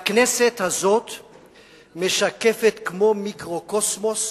הכנסת הזאת משקפת, כמו מיקרוקוסמוס,